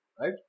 Right